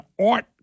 art